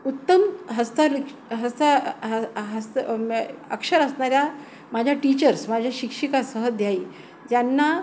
उत्तम हस्तरिक् हस्त ह हस्त अ ल अक्षर असणाऱ्या माझ्या टीचर्स माझ्या शिक्षिका सहअध्यायी ज्यांना